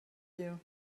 you